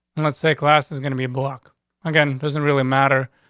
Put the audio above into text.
let's say class is gonna be a block again. it doesn't really matter.